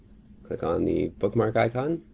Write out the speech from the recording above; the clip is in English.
click on the bookmark icon.